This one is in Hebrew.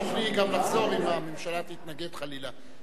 ואת תוכלי גם לחזור, אם הממשלה תתנגד חלילה.